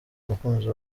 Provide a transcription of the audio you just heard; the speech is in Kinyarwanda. umukunzi